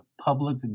public